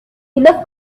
enough